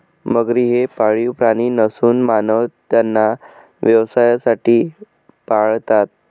मगरी हे पाळीव प्राणी नसून मानव त्यांना व्यवसायासाठी पाळतात